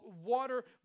Water